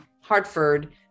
Hartford